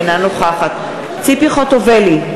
אינה נוכחת ציפי חוטובלי,